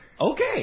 Okay